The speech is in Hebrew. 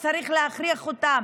וצריך להכריח אותם.